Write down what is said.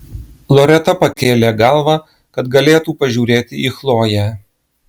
loreta pakėlė galvą kad galėtų pažiūrėti į chloję